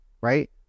right